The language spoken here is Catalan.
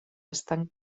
estan